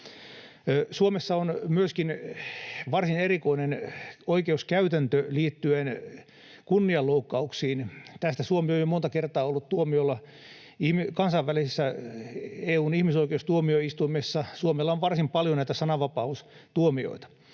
Suomessa on myöskin varsin erikoinen oikeuskäytäntö liittyen kunnianloukkauksiin. Tästä Suomi on jo monta kertaa ollut tuomiolla kansainvälisesti, EU:n ihmisoikeustuomioistuimessa Suomella on varsin paljon näitä sananvapaustuomioita.